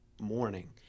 morning